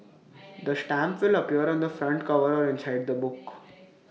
the stamp will appear on the front cover or inside the book